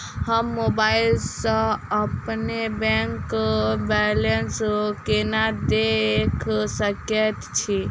हम मोबाइल सा अपने बैंक बैलेंस केना देख सकैत छी?